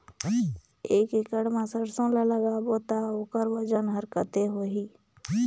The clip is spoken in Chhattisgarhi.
एक एकड़ मा सरसो ला लगाबो ता ओकर वजन हर कते होही?